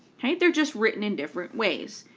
okay. they're just written in different ways.